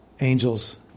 angels